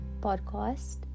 podcast